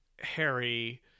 Harry